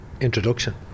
introduction